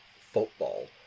football